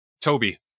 Toby